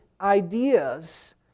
ideas